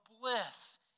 bliss